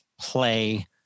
play